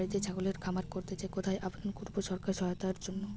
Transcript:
বাতিতেই ছাগলের খামার করতে চাই কোথায় আবেদন করব সরকারি সহায়তার জন্য?